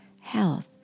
health